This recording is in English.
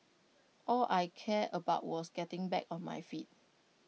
all I cared about was getting back on my feet